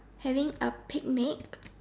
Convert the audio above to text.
having a picnic